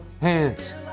hands